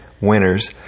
winners